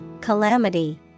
calamity